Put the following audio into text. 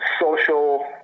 social